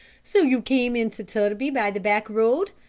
so you came into turbie by the back road?